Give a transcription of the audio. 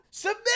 Submit